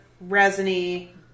resiny